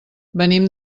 venim